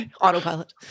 Autopilot